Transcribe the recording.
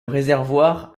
réservoir